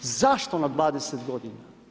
Zašto na 20 godina?